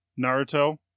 Naruto